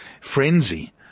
frenzy